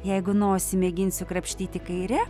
jeigu nosį mėginsiu krapštyti kaire